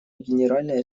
генеральной